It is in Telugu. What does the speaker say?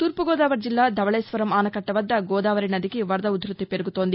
తూర్పుగోదావరి జిల్లా ధవకేశ్వరం ఆనకట్ట వద్ద గోదావరి నదికి వరద ఉధృతి పెరుగుతోంది